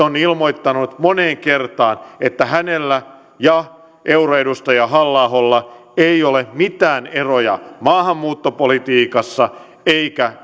on ilmoittanut moneen kertaan että hänellä ja euroedustaja halla aholla ei ole mitään eroja maahanmuuttopolitiikassa eikä